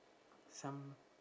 some